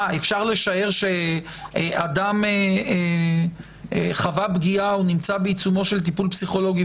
אפשר לשער שאדם חווה פגיעה או נמצא בעיצומו של טיפול פסיכולוגי,